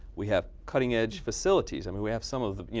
we have cutting-edge facilities. i mean, we have some of the, you